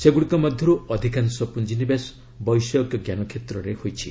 ସେଗୁଡ଼ିକ ମଧ୍ୟରୁ ଅଧିକାଂଶ ପୁଞ୍ଜିନିବେଶ ବୈଷୟିକ ଜ୍ଞାନ କ୍ଷେତ୍ରରେ ହୋଇଛି